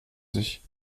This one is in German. sich